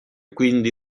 quindi